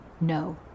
No